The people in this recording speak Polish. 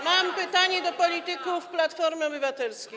Mam pytanie do polityków Platformy Obywatelskiej.